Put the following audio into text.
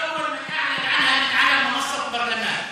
(אומר בערבית: אתה הראשון שעושה זאת מעל במת הפרלמנט.)